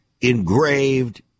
engraved